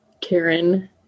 Karen